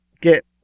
get